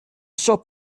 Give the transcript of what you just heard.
shop